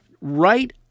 right